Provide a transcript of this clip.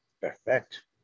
Perfect